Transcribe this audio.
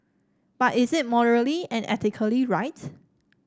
but is it morally and ethically right